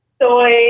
soy